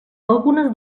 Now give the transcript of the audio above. algunes